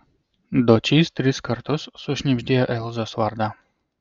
dočys tris kartus sušnibždėjo elzos vardą